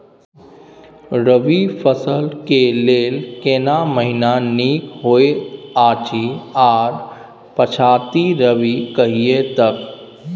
रबी फसल के लेल केना महीना नीक होयत अछि आर पछाति रबी कहिया तक?